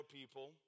people